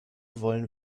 wollen